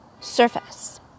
surface